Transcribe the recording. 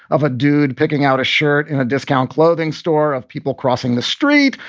of a dude picking out a shirt in a discount clothing store of people crossing the street.